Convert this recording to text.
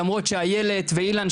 למרות שאילת ואילן,